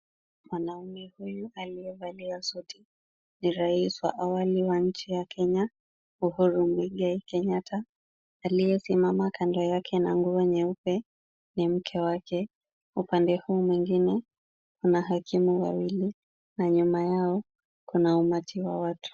Mwanaume huyu aliyevalia suti ni rais wa awali wa nchi ya Kenya Uhuru Muigai Kenyatta. Aliyesimama kando yake na nguo nyeupe ni mke wake, upande huu mwingine , mahakimu wawili na nyuma yao kuna umati wa watu.